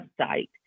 website